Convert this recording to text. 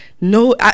No